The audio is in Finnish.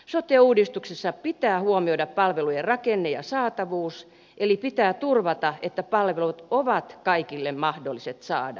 sote uudistuksessa pitää huomioida palvelujen rakenne ja saatavuus eli pitää turvata että palvelut ovat kaikille mahdolliset saada